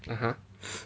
(uh huh)